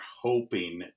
hoping